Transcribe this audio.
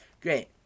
Great